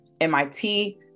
MIT